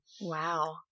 wow